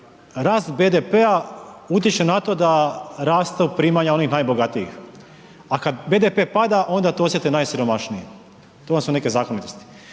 rast BDP-a utječe na to da rastu primanja onih najbogatijih. A kad BDP pada onda to osjete najsiromašniji. To vam su neke zakonitosti.